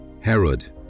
Herod